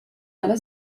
dalla